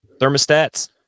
thermostats